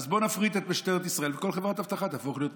אז בואו נפריט את משטרת ישראל וכל חברת אבטחה תהפוך להיות משטרה.